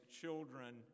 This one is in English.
children